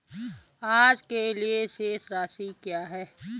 आज के लिए शेष राशि क्या है?